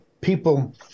people—